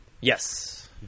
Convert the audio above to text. yes